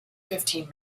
fifteen